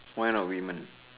why not women